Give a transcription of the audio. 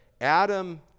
Adam